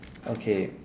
okay